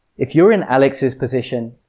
if you're in alex's position,